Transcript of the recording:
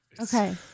Okay